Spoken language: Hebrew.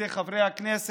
50 החברות המובילות